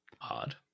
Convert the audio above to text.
Odd